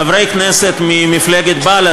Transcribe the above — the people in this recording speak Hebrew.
חברי כנסת ממפלגת בל"ד,